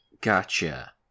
Gotcha